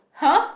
!huh!